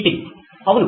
నితిన్ అవును